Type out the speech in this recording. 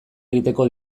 egiteko